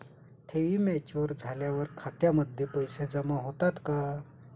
ठेवी मॅच्युअर झाल्यावर खात्यामध्ये पैसे जमा होतात का?